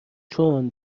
چون